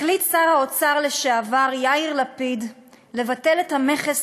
החליט שר האוצר לשעבר יאיר לפיד לבטל את המכס